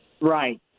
Right